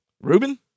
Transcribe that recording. Ruben